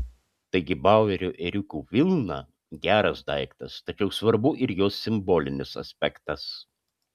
taigi bauerio ėriukų vilna geras daiktas tačiau svarbu ir jos simbolinis aspektas